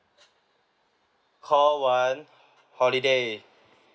call one holiday